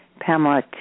Pamela